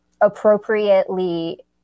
appropriately